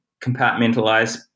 compartmentalize